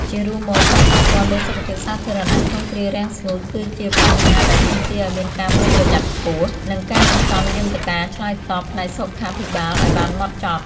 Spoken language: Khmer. ជារួមមក ផលប៉ះពាល់លើសុខភាពសាធារណៈក្នុងគ្រារាំងស្ងួត គឺជាបញ្ហាដែលទាមទារឱ្យមានការប្រុងប្រយ័ត្នខ្ពស់ និងការរៀបចំយន្តការឆ្លើយតបផ្នែកសុខាភិបាលឱ្យបានហ្មត់ចត់។